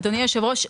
אדוני היושב ראש,